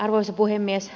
arvoisa puhemies